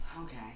Okay